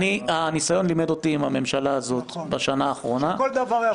הניסיון עם הממשלה הזאת בשנה האחרונה הזאת לימד אותי,